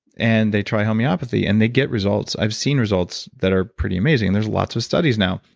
and they try homeopathy and they get results. i've seen results that are pretty amazing there's lots of studies now.